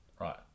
Right